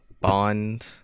bond